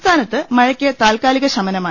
സംസ്ഥാനത്ത് മഴയ്ക്ക് താത്ക്കാലിക ശമനമായി